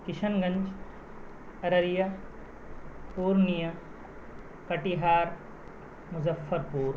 کشن گنج ارریا پورنیہ کٹیہار مظفر پور